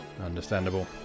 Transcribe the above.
understandable